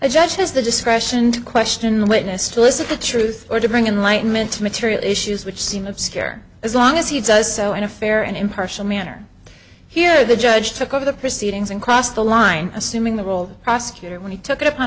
a judge has the discretion to question the witness to elicit the truth or to bring in light men to material issues which seem of scare as long as he does so in a fair and impartial manner here the judge took over the proceedings and crossed the line assuming the role prosecutor when he took it upon